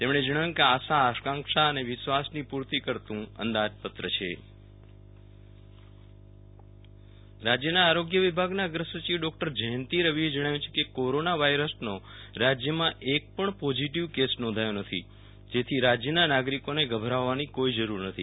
તેમણે જણાવ્યુ કે આશા આકાક્ષા અને વિશ્વાસની પુર્તિ કરતુ અંદાજ પત્ર છે વિરલ રાણા કોરોનો વાઈરસ રાજ્યના આરોગ્ય વિભાગના અગ્રસચિવ ડોકટર જયંતિ રવિએ જણાવ્યુ છે કે કોરોના વાઇરસનો રાજ્યમાં એક પણ પોઝીટીવ કેસ નોંધાયો નથી જેથી રાજ્યના નાગરિકોને ગભરાવાની કોઇ જરૂર નથી